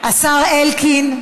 השר אלקין,